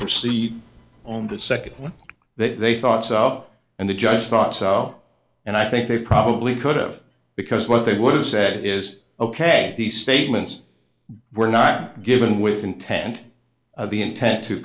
proceed on the second one that they thought so and the judge thought so and i think they probably could've because what they would have said is ok these statements were not given with intent of the intent to